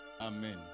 Amen